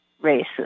races